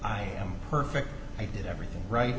i am perfect i did everything right